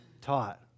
taught